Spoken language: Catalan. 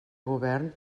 govern